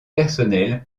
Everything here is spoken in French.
personnel